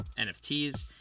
NFTs